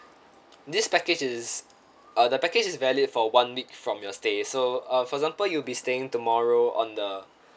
this package is uh the package is valid for one week from your stay so uh for example you'll be staying tomorrow on the